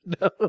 No